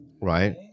Right